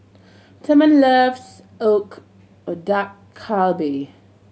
Therman loves Dak Galbi